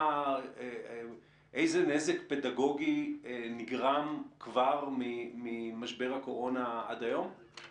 איזה נזק פדגוגי נגרם כבר ממשבר הקורונה עד היום?